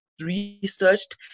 researched